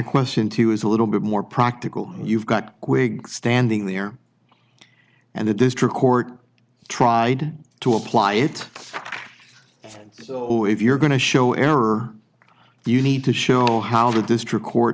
question to you is a little bit more practical you've got wig standing there and the district court tried to apply it so if you're going to show error you need to show how the district court